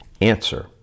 Answer